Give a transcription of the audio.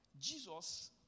Jesus